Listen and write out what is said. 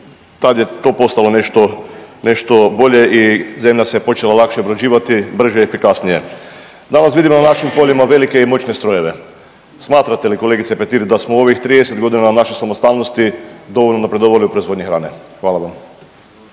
tad je to postalo nešto, nešto bolje i zemlja se počela lakše obrađivati, brže, efikasnije. Danas vidimo na našim poljima velike i moćne strojeve. Smatrate li, kolegice Petir, da smo u ovih 30 godina naše samostalnosti dovoljno napredovali u proizvodnji hrane? Hvala vam.